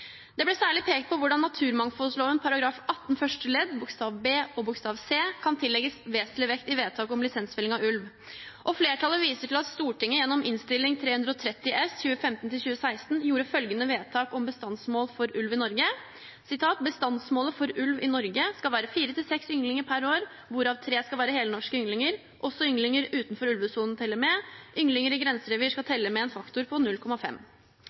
Det ble særlig pekt på hvordan naturmangfoldloven § 18 første ledd bokstav b og bokstav c kan tillegges vesentlig vekt i vedtak om lisensfelling av ulv. Flertallet viser til at Stortinget gjennom Innst. 330 S gjorde følgende vedtak om bestandsmål for ulv i Norge: «Bestandsmålet for ulv i Norge skal være 4–6 ynglinger per år, hvorav 3 skal være helnorske ynglinger, også ynglinger utenfor ulvesonen teller med. Ynglinger i grenserevir skal telle med på en faktor på 0,5.»»